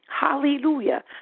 Hallelujah